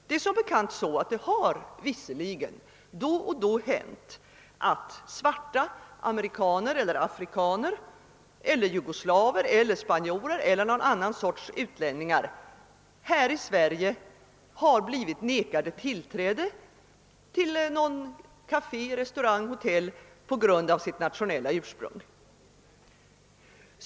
Det har som bekant visserligen då och då hänt att svarta amerikaner eller afrikaner, eller jugoslaver eller spanjorer eller någon annan sorts utlänningar här i Sverige har blivit nekade tillträde till något kafé, någon restaurang, något hotell på grund av sitt utländska ursprung.